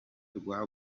rwa